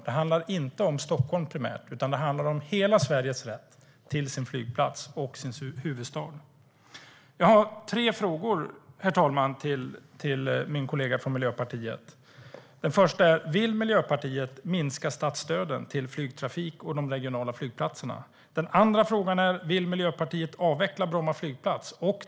Det handlar inte primärt om Stockholm, utan det handlar om hela Sveriges rätt till sin flygplats och sin huvudstad. Jag har tre frågor, herr talman, till min kollega från Miljöpartiet. Den första är: Vill Miljöpartiet minska statsstöden till flygtrafik och de regionala flygplatserna? Den andra är: Vill Miljöpartiet avveckla Bromma flygplats?